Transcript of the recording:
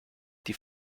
die